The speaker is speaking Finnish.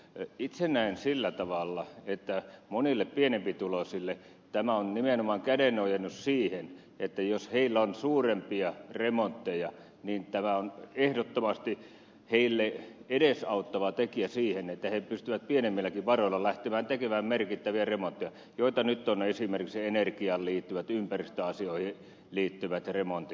itse näen sillä tavalla että monille pienempituloisille tämä on nimenomaan kädenojennus siinä että jos heillä on suurempia remontteja tämä on ehdottomasti heille edesauttava tekijä siihen että he pystyvät lähtemään pienemmilläkin varoilla tekemään merkittäviä remontteja joita nyt ovat esimerkiksi energiaan liittyvät ympäristöasioihin liittyvät remontit